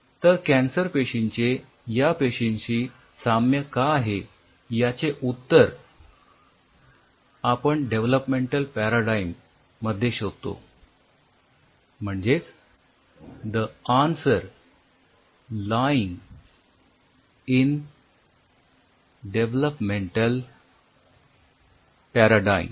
तर कॅन्सर पेशींचे या पेशींशी साम्य का आहे याचे उत्तर आपण डेव्हलोपमेंटल पॅराडाइम मध्ये शोधतो म्हणजेच the answer lying in developmental paradigm